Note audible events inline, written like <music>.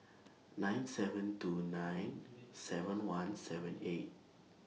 nine seven two nine <noise> seven one seven eight